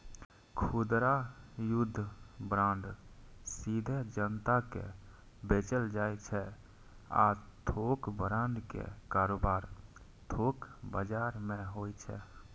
खुदरा युद्ध बांड सीधे जनता कें बेचल जाइ छै आ थोक बांड के कारोबार थोक बाजार मे होइ छै